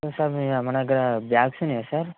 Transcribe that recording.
hello sir మీరు అమ్మదగ్గ bags ఉన్నయా సార్